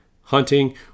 hunting